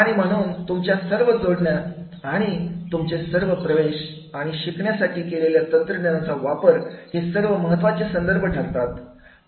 आणि म्हणून तुमच्या सर्व जोडण्या आणि तुमचे सर्व प्रवेश आणि शिकण्यासाठी केलेला तंत्रज्ञानाचा वापर हे सर्व महत्त्वाचे संदर्भ ठरतात